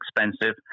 expensive